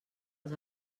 els